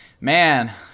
Man